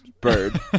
Bird